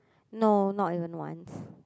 no not even once